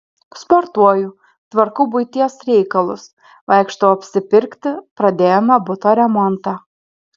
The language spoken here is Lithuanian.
sportuoju tvarkau buities reikalus vaikštau apsipirkti pradėjome buto remontą